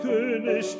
König